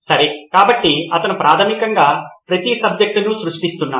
సరే కాబట్టి అతను ప్రాథమికంగా ప్రతి సబ్జెక్టుకు సృష్టిస్తున్నాడు